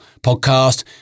podcast